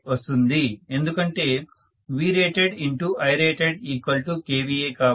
ఎందుకంటే VratedIratedkVA కాబట్టి